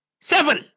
Seven